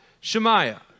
Shemaiah